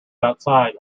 outside